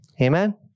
Amen